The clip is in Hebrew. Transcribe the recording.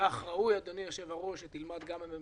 כך ראוי שיהיה גם בממשלה,